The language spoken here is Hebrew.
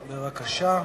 בבקשה.